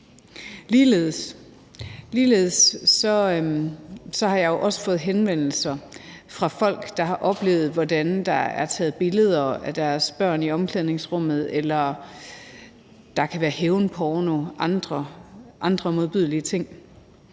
Ligeledes har jeg også fået henvendelser fra folk, der har oplevet, at der er blevet taget billeder af deres børn i omklædningsrummet, eller at der har været tale om hævnporno og andre modbydelige ting.